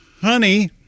Honey